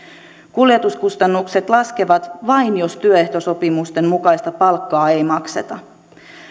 kuljetuskustannukset laskevat vain jos työehtosopimusten mukaista palkkaa ei makseta